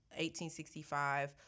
1865